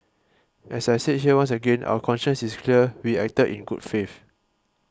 as I said here once again our conscience is clear we acted in good faith